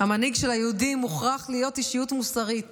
"המנהיג של היהודים מוכרח להיות אישיות מוסרית